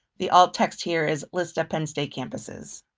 the alt text here is list of penn state campuses.